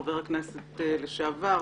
חבר הכנסת לשעבר,